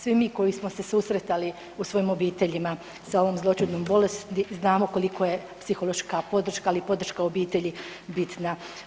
Svi mi koji smo se susretali u svojim obiteljima sa ovom zloćudnom bolesti znamo koliko je psihološka podrška, ali i podrška obitelji bitna.